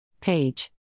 Page